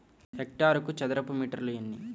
హెక్టారుకు చదరపు మీటర్లు ఎన్ని?